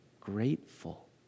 grateful